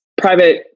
private